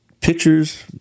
pictures